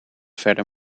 verder